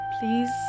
Please